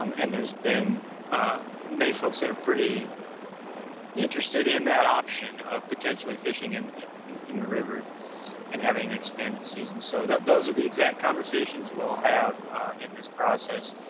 um and there's been many folks that are pretty interested in that option of potentially fishing and in in the river and having an expanded season. so those are the exact conversations we'll have in this process.